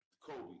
Kobe